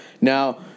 Now